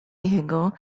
jego